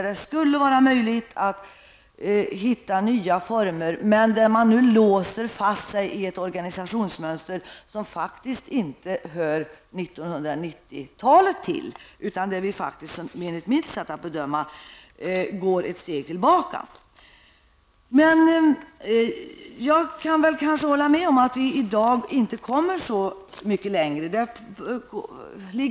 Det skulle vara möjligt att hitta nya former. Men man låser fast sig i ett organisationsmönster som faktiskt inte hör 1990 talet till. Enligt mitt sätt att göra bedömningar går vi ett steg tillbaka. Jag kan hålla med om att vi i dag inte kommer så mycket längre.